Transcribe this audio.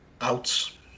Outs